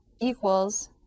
equals